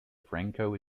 franco